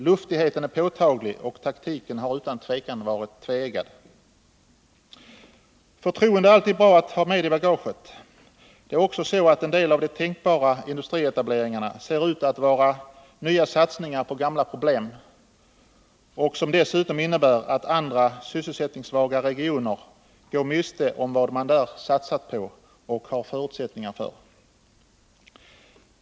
Luftigheten är påtaglig, och taktiken har utan tvivel varit tveeggad. Förtroende är alltid bra att ha med i bagaget. En del av de tänkbara industrietableringarna ser ut att vara nya satsningar på gamla problem och innebär dessutom att andra sysselsättningssvaga regioner går miste om vad man där satsat på och har förutsättningar för.